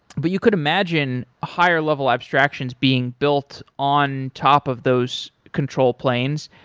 but you could imagine higher level abstractions being built on top of those control planes,